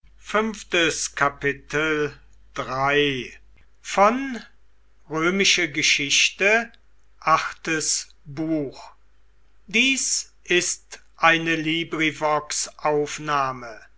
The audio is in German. sind ist eine